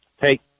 Hey